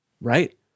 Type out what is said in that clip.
Right